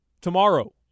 tomorrow